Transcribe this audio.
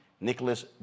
Nicholas